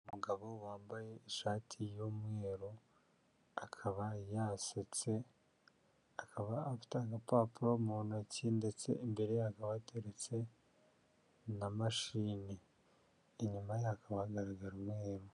Umugabo wambaye ishati y'umweru, akaba yasetse, akaba afite agapapuro mu ntoki, ndetse imbere ye hakaba hateretse na mashini, inyuma ye hakaba hagaragara umweru.